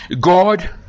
God